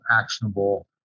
actionable